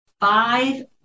five